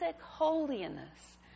holiness